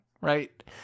Right